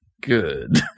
good